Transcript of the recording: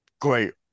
great